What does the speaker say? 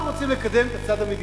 אנחנו רוצים לקדם את הצד המדיני,